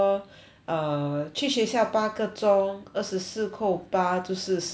err 去学校八个钟二十四扣八就是十六